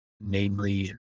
namely